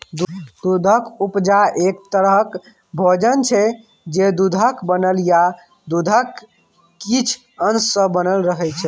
दुधक उपजा एक तरहक भोजन छै जे दुधक बनल या दुधक किछ अश सँ बनल रहय छै